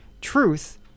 truth